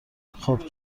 خوب